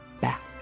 back